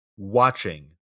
watching